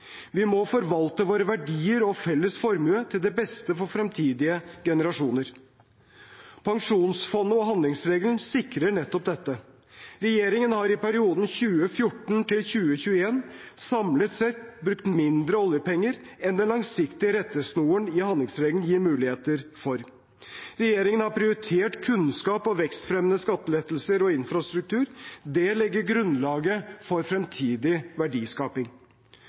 Vi må forvalte våre verdier og vår felles formue til det beste for fremtidige generasjoner. Pensjonsfondet og handlingsregelen sikrer nettopp dette. Regjeringen har i perioden 2014–2021 samlet sett brukt mindre oljepenger enn den langsiktige rettesnoren i handlingsregelen gir muligheter for. Regjeringen har prioritert kunnskap, vekstfremmende skattelettelser og infrastruktur. Det legger grunnlaget for fremtidig verdiskaping.